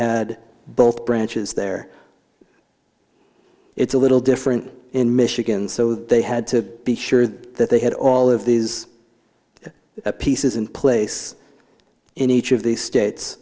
had both branches there it's a little different in michigan so they had to be sure that they had all of these pieces in place in each of the